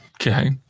Okay